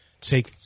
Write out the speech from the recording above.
take